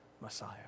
Messiah